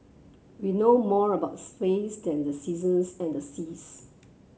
we know more about space than the seasons and seas